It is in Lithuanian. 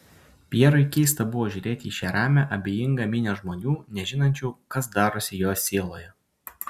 pjerui keista buvo žiūrėti į šią ramią abejingą minią žmonių nežinančių kas darosi jo sieloje